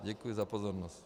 Děkuji za pozornost.